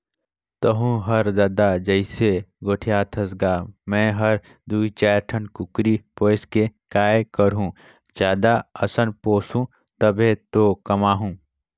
तहूँ हर ददा जइसे गोठियाथस गा मैं हर दू चायर ठन कुकरी पोयस के काय करहूँ जादा असन पोयसहूं तभे तो कमाहूं